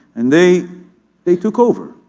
and they they took over.